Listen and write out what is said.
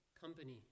company